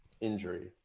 injury